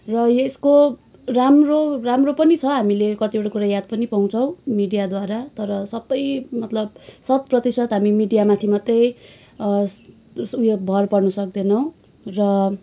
र यसको राम्रो राम्रो पनि छ हामीले कतिवटा कुरा याद पनि पाउँछौँ मिडियाद्वारा तर सबै मतलब शत प्रतिशत हामी मिडियामाथि मात्रै उयो भर पर्न सक्दैनौँ र